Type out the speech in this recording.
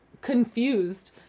confused